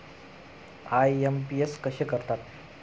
IMPS कसे करतात?